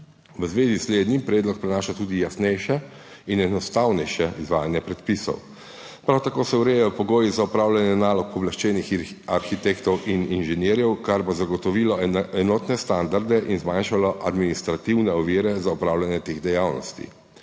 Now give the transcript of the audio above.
V zvezi s slednjim predlog prinaša tudi jasnejše in enostavnejše izvajanje predpisov. Prav tako se urejajo pogoji za opravljanje nalog pooblaščenih arhitektov in inženirjev, kar bo zagotovilo enotne standarde in zmanjšalo administrativne ovire za opravljanje teh dejavnosti.